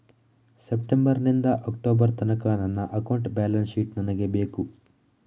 September ನಿಂದ October ತನಕ ನನ್ನ ಅಕೌಂಟ್ ಬ್ಯಾಲೆನ್ಸ್ ಶೀಟ್ ನನಗೆ ಬೇಕು